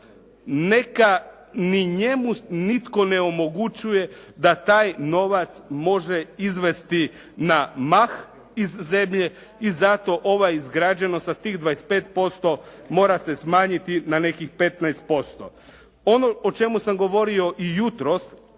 neka ni njemu nitko ne omogućuje da taj novac može izvesti na mah iz zemlje i zato ova izgrađenost sa tih 25% mora se smanjiti na nekih 15%. Ono o čemu sam govorio i jutros